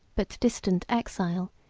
but distant exile,